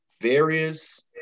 various